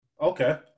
okay